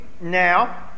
now